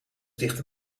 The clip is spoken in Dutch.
dichter